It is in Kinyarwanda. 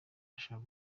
ndashaka